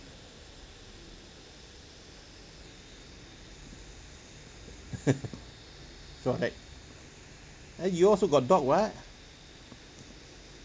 correct uh you also got dog what